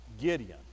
Gideon